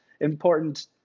important